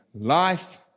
Life